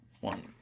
One